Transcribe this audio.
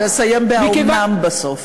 תסיים ב"האומנם" בסוף.